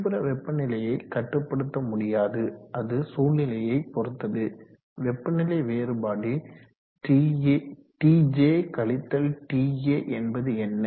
சுற்றுப்புற வெப்பநிலையை கட்டுப்படுத்த முடியாது அது சூழ்நிலையை பொறுத்தது வெப்பநிலை வேறுபாடு Tj Ta என்பது என்ன